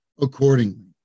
accordingly